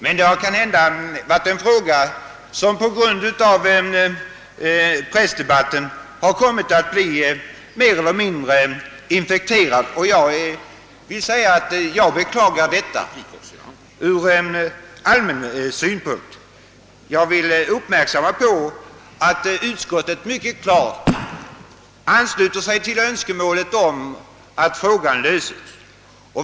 Kanhända har denna fråga på grund av pressdebatten kommit att bli mer eller mindre infekterad. Jag beklagar detta från allmän synpunkt. Jag vill erinra om att utskottet mycket klart ansluter sig till önskemålet att frågan löses.